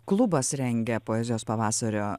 klubas rengia poezijos pavasario